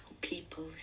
People